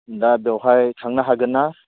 दा बेवहाय थांनो हागोन ना